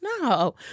No